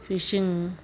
fishing